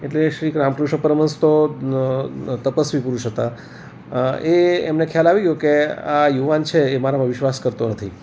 એટલે શ્રી રામકૃષ્ણ પરમહંસ તો તપસ્વી પુરુષ હતા એ એમને ખ્યાલ આવી ગયો કે આ યુવાન છે એ મારામાં વિશ્વાસ કરતો નથી